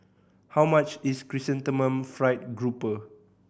how much is Chrysanthemum Fried Grouper